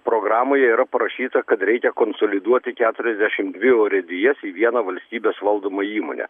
programoje yra parašyta kad reikia konsoliduoti keturiasdešim dvi urėdijas į vieną valstybės valdomą įmonę